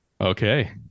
okay